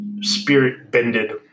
spirit-bended